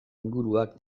inguruak